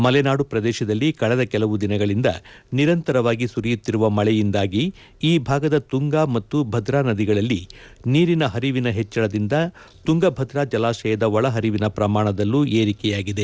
ಮಲೆನಾಡು ಪ್ರದೇಶದಲ್ಲಿ ಕಳೆದ ಕೆಲವು ದಿನಗಳಿಂದ ನಿರಂತರವಾಗಿ ಸುರಿಯುತ್ತಿರುವ ಮಳೆಯಿಂದಾಗಿ ಈ ಭಾಗದ ತುಂಗಾ ಮತ್ತು ಭದ್ರಾ ನದಿಗಳಲ್ಲಿ ನೀರಿನ ಹರಿವಿನ ಹೆಚ್ಚಳದಿಂದ ತುಂಗಭದ್ರಾ ಜಲಾಶಯದ ಒಳ ಹರಿವಿನ ಪ್ರಮಾಣದಲದ್ಲೂ ಏರಿಕೆಯಾಗಿದೆ